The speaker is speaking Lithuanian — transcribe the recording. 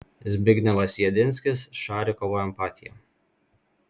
zbignevas jedinskis šarikovo empatija